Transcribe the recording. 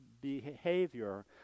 behavior